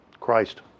Christ